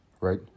Right